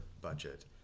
budget